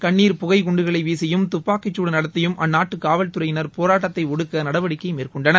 கண்ணீர் புகை குண்டுகளை வீசியும் தப்பாக்கிச் சூடு நடத்தியும் அந்நாட்டு காவல்துறையினா போராட்டத்தை ஒடுக்க நடவடிக்கை மேற்கொண்டனர்